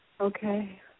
Okay